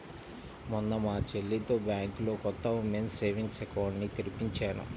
మొన్న మా చెల్లితో బ్యాంకులో కొత్త ఉమెన్స్ సేవింగ్స్ అకౌంట్ ని తెరిపించాను